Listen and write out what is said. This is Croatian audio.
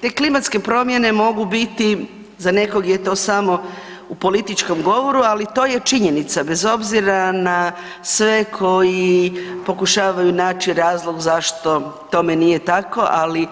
Te klimatske promjene mogu biti, za nekog je to samo u političkom govoru, ali to je činjenica, bez obzira na sve koji pokušavaju naći razlog zašto tome nije tako, ali